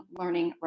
learning